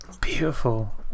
Beautiful